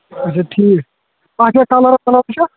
اچھا ٹھیٖک بَدل کَلَر اگر أسۍ وٕچھو